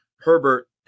Herbert